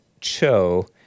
Cho